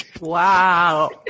Wow